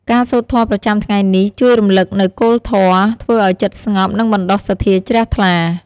ការសូត្រធម៌ប្រចាំថ្ងៃនេះជួយរំឭកនូវគោលធម៌ ធ្វើឱ្យចិត្តស្ងប់ និងបណ្ដុះសទ្ធាជ្រះថ្លា។